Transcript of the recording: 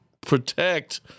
protect